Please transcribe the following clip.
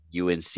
UNC